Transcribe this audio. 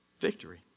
victory